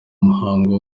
imihango